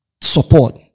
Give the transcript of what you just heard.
support